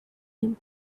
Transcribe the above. him